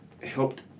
helped